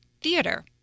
theater